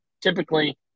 Typically